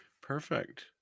Perfect